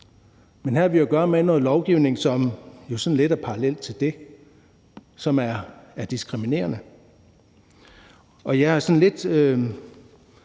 Men her har vi at gøre med en lovgivning, som jo sådan lidt er en parallel til det, og som er diskriminerende. Jeg er sådan lidt